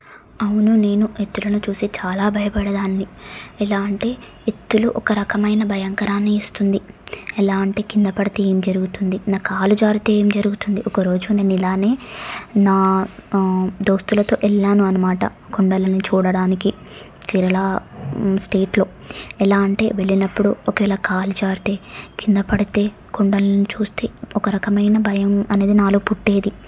అవును నేను ఎత్తులని చూసి చాలా భయపడే దానిని ఎలా అంటే ఎత్తులు ఒక రకమైన భయంకరాన్ని ఇస్తుంది ఎలా అంటే క్రింద పడితే ఏం జరుగుతుంది నా కాళ్ళు జారితే ఏం జరుగుతుంది ఒకరోజు నేను ఇలానే నా దోస్తులతో వెళ్ళాను అన్నమాట కొండలని చూడటానికి కేరళ స్టేట్లో ఎలా అంటే వెళ్ళినప్పుడు ఒకవేళ కాళ్ళు జారితే క్రింద పడితే కొండలను చూస్తే ఒక రకమైన భయం అనేది నాలో పుట్టేది